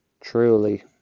Truly